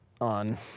on